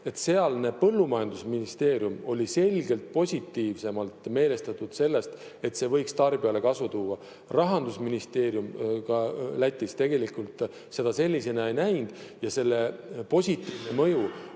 et sealne põllumajandusministeerium oli selgelt positiivsemalt meelestatud sellest, et see võiks tarbijale kasu tuua. Rahandusministeerium Lätis seda sellisena ei näinud ja selle positiivne mõju